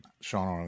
Sean